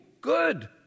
good